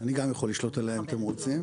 (מצגת).